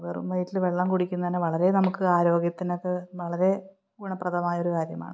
വെറും വയറ്റില് വെള്ളം കുടിക്കുന്നത് തന്നെ വളരെ നമുക്ക് ആരോഗ്യത്തിനൊക്കെ വളരെ ഗുണപ്രദമായൊരു കാര്യമാണ്